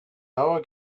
hour